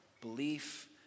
Belief